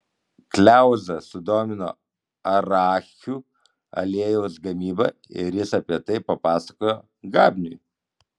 kliauzą sudomino arachių aliejaus gamyba ir jis apie tai papasakojo gabniui